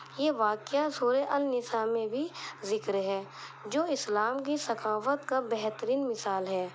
یہ واقعہ سورہ النساء میں بھی ذکر ہے جو اسلام کی سخاوت کا بہترین مثال ہے